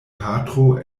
patro